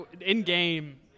in-game